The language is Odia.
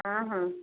ହଁ ହଁ